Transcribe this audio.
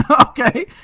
okay